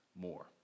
more